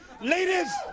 Ladies